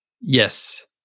Yes